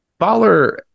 Baller